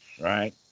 right